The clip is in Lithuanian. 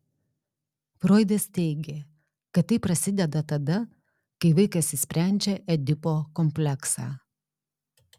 froidas teigė kad tai prasideda tada kai vaikas išsprendžia edipo kompleksą